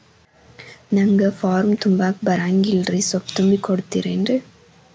ನಂಗ ಫಾರಂ ತುಂಬಾಕ ಬರಂಗಿಲ್ರಿ ಸ್ವಲ್ಪ ತುಂಬಿ ಕೊಡ್ತಿರೇನ್ರಿ?